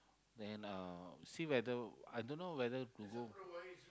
then uh see whether I don't know whether to go